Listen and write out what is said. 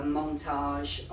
montage